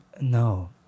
No